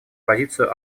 позицию